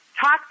Talk